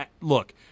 Look